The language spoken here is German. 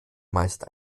meist